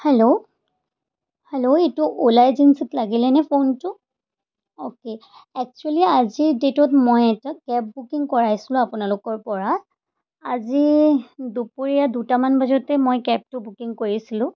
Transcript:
hello hello এইটো Ola এজেঞ্চিত লাগিলেনে ফোনটো অ'কে একচোৱেলি আজিৰ ডেটত মই এটা কেব বুকিং কৰাইছিলোঁ আপোনালোকৰপৰা আজি দুপৰীয়া দুটামান বজাতে মই কেবটো বুকিং কৰিছিলোঁ